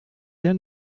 sehr